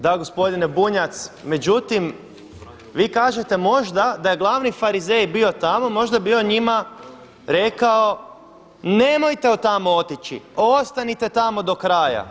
Da gospodine Bunjac, međutim vi kažete možda da je glavni farizej bio tamo, možda bi on njima rekao nemojte tamo otići, ostanite tamo do kraja.